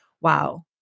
Wow